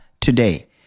today